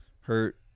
hurt